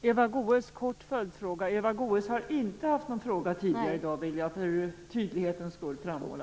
Eva Goës har inte ställt någon fråga tidigare i dag, vill jag för tydlighetens skull framhålla.